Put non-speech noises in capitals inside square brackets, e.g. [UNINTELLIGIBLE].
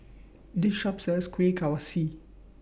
This Shop sells Kuih [UNINTELLIGIBLE]